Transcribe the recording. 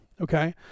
Okay